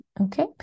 okay